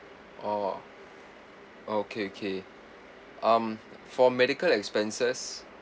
orh okay okay um for medical expenses